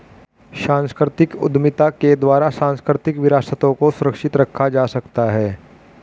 सांस्कृतिक उद्यमिता के द्वारा सांस्कृतिक विरासतों को सुरक्षित रखा जा सकता है